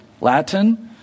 Latin